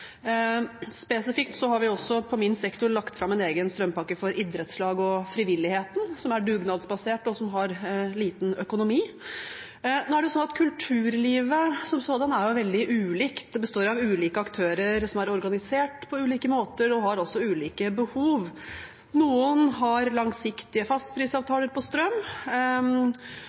Spesifikt for min sektor har vi også lagt fram en egen strømpakke for idrettslag og frivilligheten, som er dugnadsbasert og har liten økonomi. Kulturlivet er veldig ulikt. Det består av ulike aktører som er organisert på ulike måter, og som har ulike behov. Noen har langsiktige fastprisavtaler for strøm.